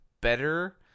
better